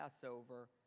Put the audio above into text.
Passover